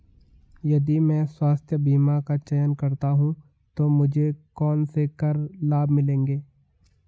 यदि मैं स्वास्थ्य बीमा का चयन करता हूँ तो मुझे कौन से कर लाभ मिलेंगे?